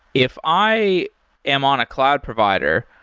if i am on a cloud provider,